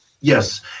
yes